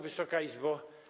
Wysoka Izbo!